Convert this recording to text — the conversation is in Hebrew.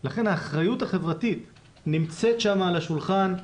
לכן האחריות החברתית נמצאת שם על השולחן,